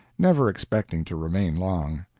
never expecting to remain long.